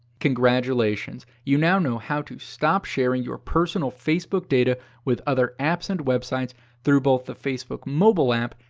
congratulations! you now know how to stop sharing your personal facebook data with other apps and websites through both the facebook mobile app,